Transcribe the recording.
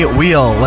wheel